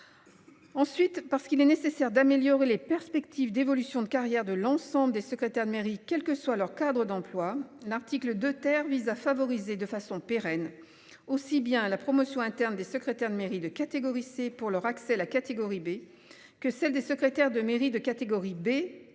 Ensuite parce qu'il est nécessaire d'améliorer les perspectives d'évolution de carrière de l'ensemble des secrétaires de mairie, quelle que soit leur Cadre d'emploi l'article de terre vise à favoriser de façon pérenne, aussi bien à la promotion interne des secrétaires de mairie de catégorie C pour leur accès la catégorie B que celle des secrétaires de mairie de catégorie B